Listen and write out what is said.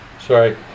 Sorry